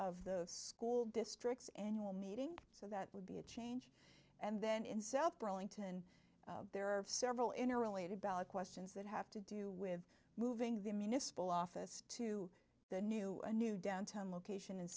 of the school districts annual meeting so that would be it and then in south burlington there are several interrelated ballot questions that have to do with moving the municipal office to the new a new downtown location in